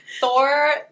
Thor